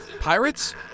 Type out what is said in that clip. pirates